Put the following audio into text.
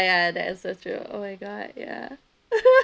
ya that's so true oh my god ya